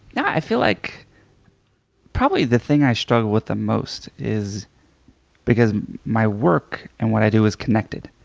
yeah i feel like probably the thing i struggle with the most is because my work and what i do is connected.